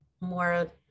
more